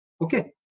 okay